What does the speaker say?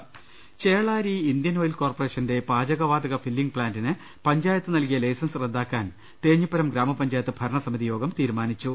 രദേഷ്ടങ Chelari Indian Oil കോർപ്പറേഷന്റെ പാചകവാതക filling പ്ലാന്റിന് പഞ്ചായത്ത് നൽകിയ ലൈസൻസ് റദ്ദാക്കാൻ തേഞ്ഞിപ്പലം ഗ്രാമപഞ്ചായത്ത് ഭരണസമിതി യോഗം തീരുമാനിച്ചു